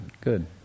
Good